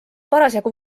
parasjagu